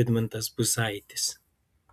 vidmantas buzaitis